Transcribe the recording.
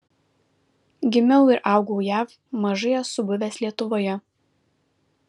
gimiau ir augau jav mažai esu buvęs lietuvoje